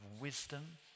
wisdom